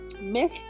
Miss